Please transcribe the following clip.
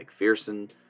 McPherson